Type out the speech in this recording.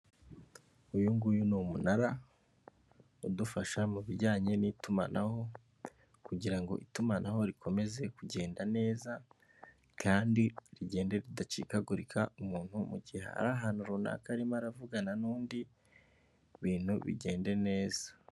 Uyu nguyu ni umunara udufasha mu bijyanye n'itumanaho, kugira ngo itumanaho rikomeze kugenda neza kandi rigende ridacikagurika, umuntu mu gihe ar’ahantu runaka arimo aravugana n'undi ibintu bigende neza.